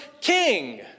king